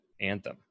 anthem